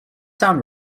sound